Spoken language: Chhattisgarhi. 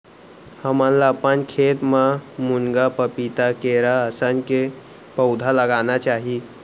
हमन ल अपन खेत म मुनगा, पपीता, केरा असन के पउधा लगाना चाही